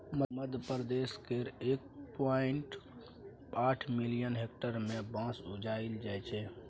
मध्यप्रदेश केर एक पॉइंट आठ मिलियन हेक्टेयर मे बाँस उपजाएल जाइ छै